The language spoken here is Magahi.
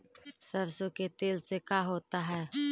सरसों के तेल से का होता है?